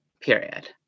period